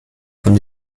von